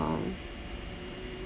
um